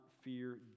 fear